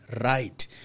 right